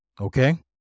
Okay